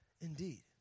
indeed